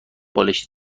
بالشت